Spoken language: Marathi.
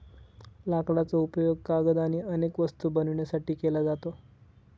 लाकडाचा उपयोग कागद आणि अनेक वस्तू बनवण्यासाठी केला जातो